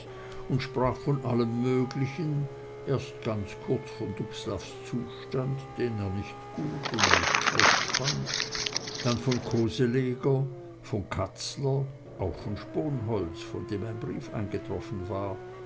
und sprach von allem möglichen erst ganz kurz von dubslavs zustand den er nicht gut und nicht schlecht fand dann von koseleger von katzler auch von sponholz von dem ein brief eingetroffen war